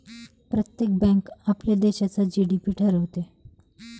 प्रत्येक बँक आपल्या देशाचा जी.डी.पी ठरवते